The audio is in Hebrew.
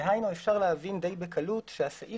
דהיינו אפשר להבין די בקלות שהסעיף